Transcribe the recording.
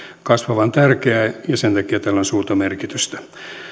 kasvavan tärkeä ja sen takia tällä on suurta merkitystä